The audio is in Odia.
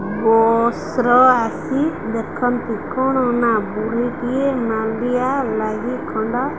ବସ୍ର ଆସି ଦେଖନ୍ତି କଣ ନା ବୁଢ଼ିଟିଏ ମାଣ୍ଡିଆ ଲାଗି ଖଣ୍ଡ